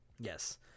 Yes